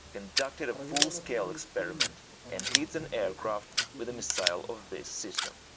conducted a full-scale experiment and hit an aircraft with a missile of this system.